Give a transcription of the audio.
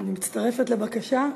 אני מצטרפת לבקשה.